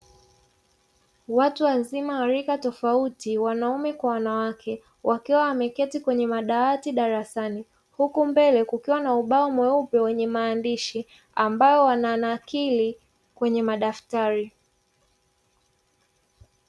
Watu wazima wa rika tofauti, wanaume kwa wanawake, wakiwa wameketi kwenye madawati darasani, huku mbele kukiwa na ubao mweupe wenye maandishi ambao wananakili kwenye madaftari.